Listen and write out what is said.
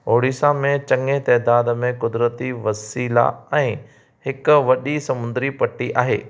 ओडिशा में चङे तइदाद में क़ुदिरती वसीला ऐं हिकु वॾी सामुंडी पटी आहे